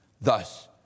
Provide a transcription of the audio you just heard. Thus